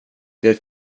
det